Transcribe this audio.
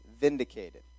vindicated